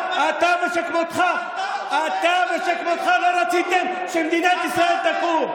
אתה ושכמותך לא רציתם שמדינת ישראל תקום.